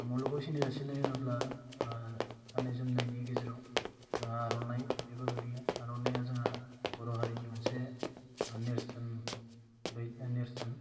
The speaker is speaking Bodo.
मुलुगाव सिनायजासिन्नाय होनोब्ला गान्नाय जोमनायनि गेजेराव जोङा आर'नाइ बेबो गोलैयो आर'नाया जोङा बर' हारिनि मोनसे नेरसोन बे नेरसोन